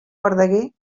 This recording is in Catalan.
verdaguer